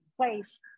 place